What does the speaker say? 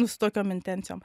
su tokiom intencijom